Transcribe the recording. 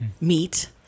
meat